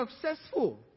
successful